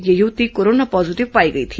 यह युवती corona positive पाई गई थी